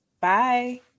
Bye